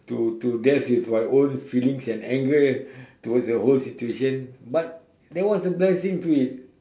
to to death with my own feelings and anger towards the whole situation but that was the best thing to it